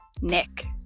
Nick